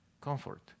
Comfort